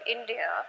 India